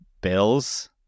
Bills